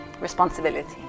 responsibility